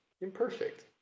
imperfect